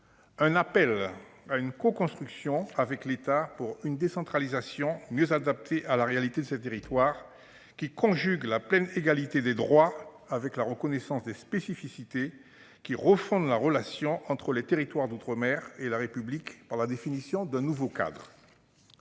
un appel à la coconstruction, avec l'État, d'une décentralisation mieux adaptée à la réalité de ces territoires, une décentralisation qui conjugue la pleine égalité des droits avec la reconnaissance des spécificités et qui refonde la relation entre les territoires d'outre-mer et la République par la définition d'un nouveau cadre.